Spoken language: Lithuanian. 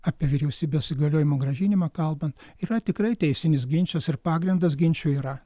apie vyriausybės įgaliojimų grąžinimą kalban yra tikrai teisinis ginčas ir pagrindas ginčui yra